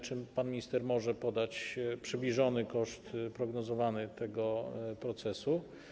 Czy pan minister może podać przybliżony prognozowany koszt tego procesu?